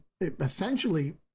essentially